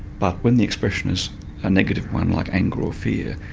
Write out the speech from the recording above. but when the expression is a negative one, like anger or fear,